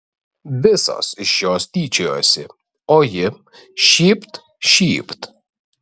visos iš jos tyčiojasi o ji šypt šypt